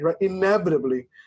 inevitably